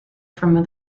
from